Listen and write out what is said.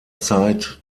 zeit